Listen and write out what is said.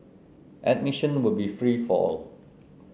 admission will be free for all